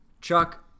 Chuck